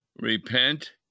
Repent